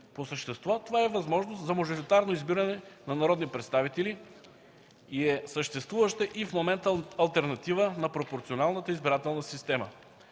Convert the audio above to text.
По същество това е възможност за мажоритарно избиране на народни представители и е съществуваща и в момента алтернатива на пропорционалната избирателна система.